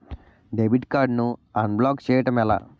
Debit card ను unblock block చేయటం ఎలా?